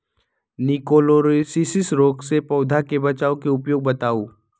निककरोलीसिस रोग से पौधा के बचाव के उपाय बताऊ?